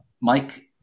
Mike